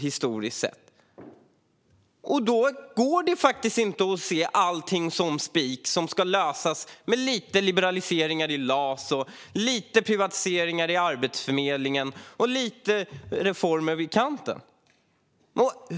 Därför går det faktiskt inte att se allting som spik som ska lösas med lite liberaliseringar i LAS, lite privatiseringar av Arbetsförmedlingen och lite reformer vid kanten.